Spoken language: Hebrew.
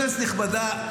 כנסת נכבדה,